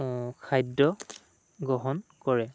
খাদ্য গ্ৰহণ কৰে